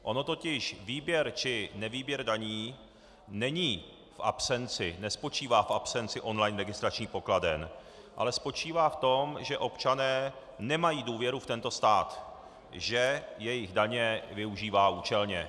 Ono totiž výběr či nevýběr daní nespočívá v absenci online registračních pokladen, ale spočívá v tom, že občané nemají důvěru v tento stát, že jejich daně využívá účelně.